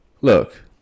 Look